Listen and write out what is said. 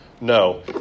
No